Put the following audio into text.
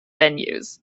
venues